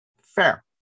Fair